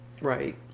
Right